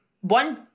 one